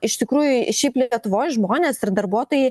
iš tikrųjų šiaip lietuvoj žmonės ir darbuotojai